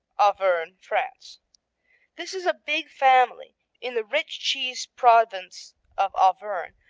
auvergne, france this is a big family in the rich cheese province of auvergne,